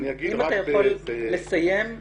אם אתה יכול לסיים,